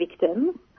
victims